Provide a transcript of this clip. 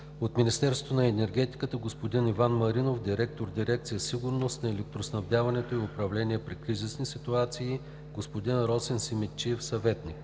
от Министерството на енергетиката – господин Иван Маринов – директор в дирекция „Сигурност на електроснабдяването и управление при кризисни ситуации“; господин Росен Симидчиев – съветник.